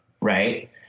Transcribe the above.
Right